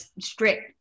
strict